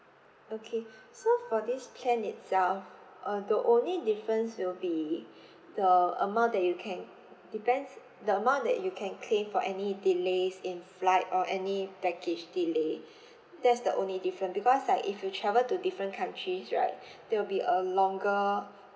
okay so for this plan itself uh the only difference will be the amount that you can depends the amount that you can claim for any delays in flight or any baggage delay that's the only different because like if you travel to different countries right there will be a longer